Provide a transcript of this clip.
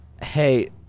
Hey